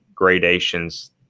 gradations